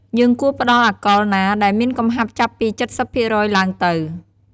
យើងគួរផ្តល់អាល់កុលណាដែលមានកំហាប់ចាប់ពី ៧០% ឡើងទៅ។